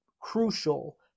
crucial